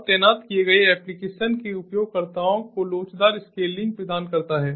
और तैनात किए गए एप्लिकेशन के उपयोगकर्ताओं को लोचदार स्केलिंग प्रदान करता है